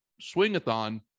swing-a-thon